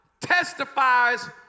testifies